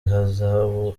ihazabu